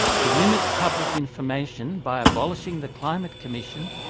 to limit public information by abolishing the climate commission,